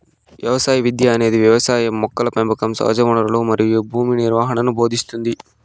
వ్యవసాయ విద్య అనేది వ్యవసాయం మొక్కల పెంపకం సహజవనరులు మరియు భూమి నిర్వహణను భోదింస్తుంది